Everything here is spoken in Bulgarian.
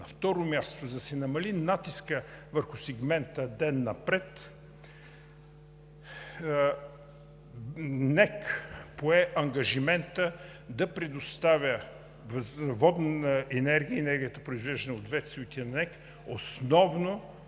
На второ място, за да се намали натискът върху сегмента „Ден напред“, НЕК пое ангажимента да предоставя водна енергия и енергията, произвеждана от ВЕЦ-овете на НЕК, основно